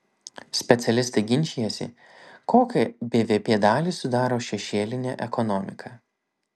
specialistai ginčijasi kokią bvp dalį sudaro šešėlinė ekonomika